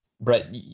Brett